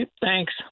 thanks